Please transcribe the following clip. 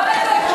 כל הכבוד.